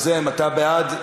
היוזם, אתה בעד?